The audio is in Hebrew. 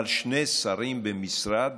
אבל שני שרים במשרד,